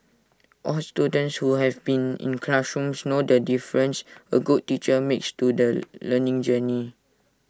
all students who have been in classrooms know the difference A good teacher makes to the learning journey